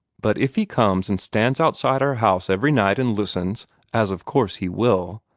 but if he comes and stands outside our house every night and listens as of course he will,